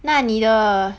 那你的